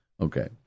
Okay